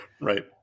Right